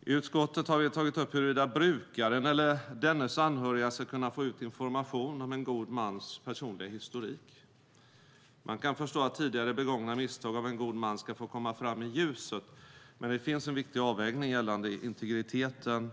I utskottet har vi tagit upp huruvida brukaren eller dennes anhöriga ska kunna få ut information om en god mans personliga historik. Man kan förstå att tidigare begångna misstag av en god man ska få komma fram i ljuset, men det finns en viktig avvägning gällande integriteten.